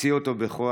הוציא אותו בכוח,